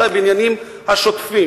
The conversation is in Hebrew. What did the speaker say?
אלא בעניינים השוטפים.